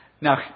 Now